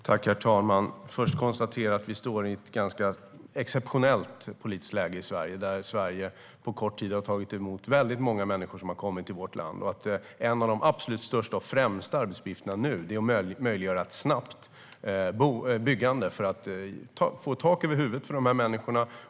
Herr talman! Först vill jag konstatera att vi har ett ganska exceptionellt politiskt läge i Sverige. Vi har på kort tid tagit emot väldigt många människor som har kommit till vårt land. En av de absolut största och främsta arbetsuppgifterna nu är att möjliggöra ett snabbt byggande för att ge tak över huvudet till dessa människor.